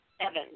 Evans